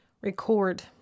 record